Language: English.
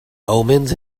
omens